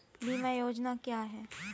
बीमा योजना क्या है?